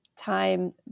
time